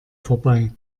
vorbei